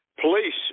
police